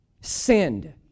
sinned